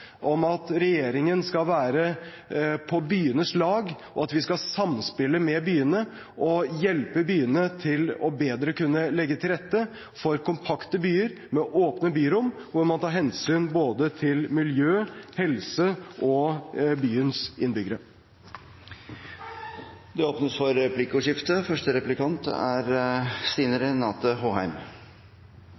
at regjeringen skal være på byenes lag, og at vi skal samspille med byene og hjelpe byene til bedre å kunne legge til rette for kompakte byer med åpne byrom hvor man tar hensyn til både miljø, helse og byens innbyggere. Det blir replikkordskifte.